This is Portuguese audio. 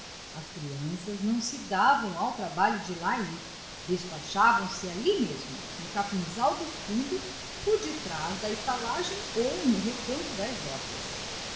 as crianças não se davam ao trabalho de lá ir despachavam se ali mesmo no capinzal dos fundos por detrás da estalagem ou no recanto das hortas